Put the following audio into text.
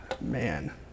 Man